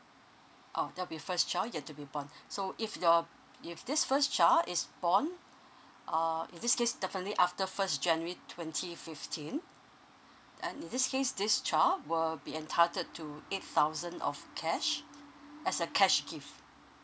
oh that'll be first child yet to be born so if your if this first child is born uh in this case definitely after first january twenty fifteen uh in this case this child will be entitled to eight thousand of cash as a cash gift